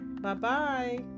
Bye-bye